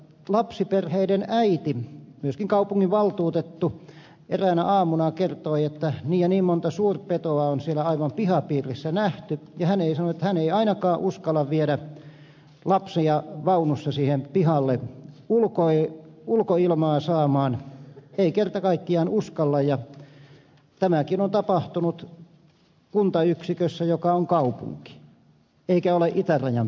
lapsiperheen äiti myöskin kaupunginvaltuutettu eräänä aamuna kertoi että niin ja niin monta suurpetoa on siellä aivan pihapiirissä nähty ja hän sanoi että hän ei ainakaan uskalla viedä lapsia vaunussa siihen pihalle ulkoilmaa saamaan ei kerta kaikkiaan uskalla ja tämäkin on tapahtunut kuntayksikössä joka on kaupunki eikä ole itärajan pinnassa